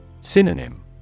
Synonym